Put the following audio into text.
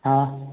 हाँ